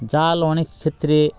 জাল অনেক ক্ষেত্রে